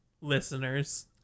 listeners